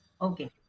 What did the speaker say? Okay